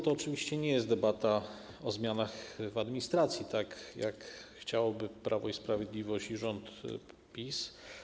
To oczywiście nie jest debata o zmianach w administracji, tak jak chciałoby Prawo i Sprawiedliwość i rząd PiS.